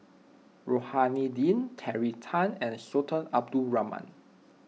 Rohani Din Terry Tan and Sultan Abdul Rahman